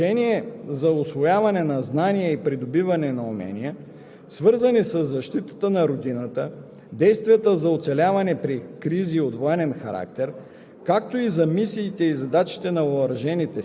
от определените часове на класа. (3) Извън часовете по ал. 2 обучение за усвояване на знания и придобиване на умения,